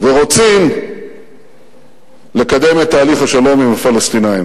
ורוצים לקדם את תהליך השלום עם הפלסטינים,